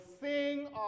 sing